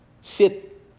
sit